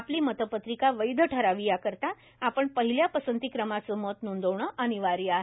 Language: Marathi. आपली मतत्रिका वैध ठरावी याकरिता आपण पहिल्या पसंतीक्रमाचे मत नोंदविणे अनिवार्य आहे